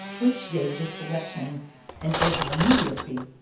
which gave the selection an edge of immediacy.